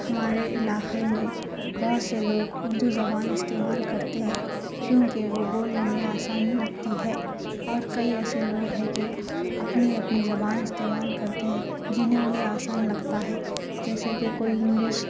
ہمارے علاقے میں بہت سے لوگ اردو زبان استعمال کرتے ہیں کیونکہ وہ بولنے میں آسانی لگتی ہے اور کئی ایسے لوگ ہیں کہ اپنی اپنی زبان استعمال کرتے ہیں جنھیں انہیں آسان لگتا ہے جیسے کہ کوئی انگلش